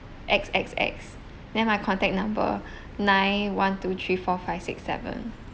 X X X then my contact number nine one two three four five six seven